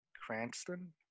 Cranston